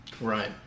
Right